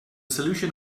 solution